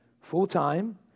full-time